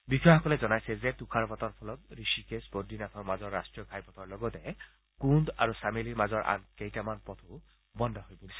বিষয়াসকলে জনাইছে যে তুষাৰপাতৰ ফলত ঋষিকেশ বদ্ৰীনাথৰ মাজৰ ৰট্টীয় ঘাইপথৰ লগতে কুন্দ আৰু চামেলিৰ মাজৰ আন কেইটামান পথো বন্ধ হৈ পৰিছে